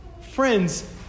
Friends